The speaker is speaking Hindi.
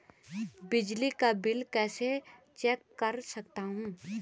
बिजली का बिल कैसे चेक कर सकता हूँ?